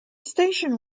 station